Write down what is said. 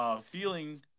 Feeling